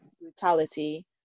brutality